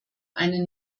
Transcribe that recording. eine